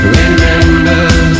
Remember